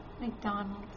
McDonald's